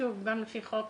גם לפי החוק,